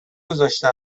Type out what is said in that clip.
گذاشته